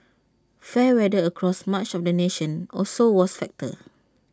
fair weather across much of the nation also was factor